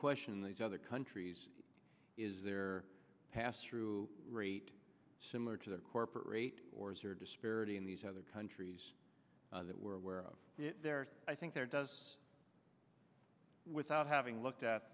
question these other countries is there pass through rate similar to the corporate rate or is there a disparity in these other countries that we're aware of it i think there does without having looked at